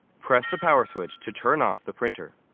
press the power switch to turn off the printer.